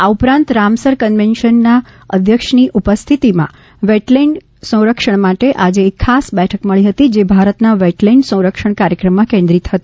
આ ઉપરાંત રામસર કન્વેનશનના અધ્યક્ષની ઉપસ્થિતિમાં વેટલેન્ડના સંરક્ષણ માટે આજે એક ખાસ બેઠક મળી હતી જે ભારતના વેટલેન્ડ સંરક્ષણ કાર્યક્રમમાં કેન્દ્રિત હતી